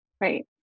Right